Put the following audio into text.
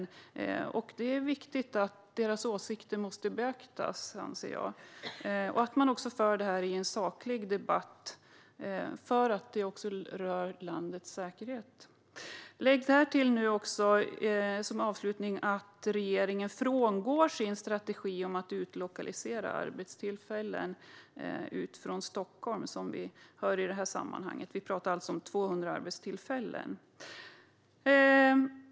Jag anser att det är viktigt att deras åsikter beaktas och att man för en saklig debatt. Det rör ju landets säkerhet. Lägg därtill att regeringen nu frångår sin strategi om att utlokalisera arbetstillfällen från Stockholm, som vi hör i det här sammanhanget. Vi talar alltså om 200 arbetstillfällen.